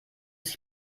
sich